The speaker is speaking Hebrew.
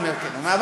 הוא אומר: כן.